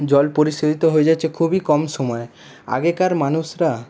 জল পরিশোধিত হয়ে যাচ্ছে খুবই কম সময়ে আগেকার মানুষরা